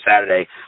Saturday